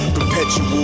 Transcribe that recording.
Perpetual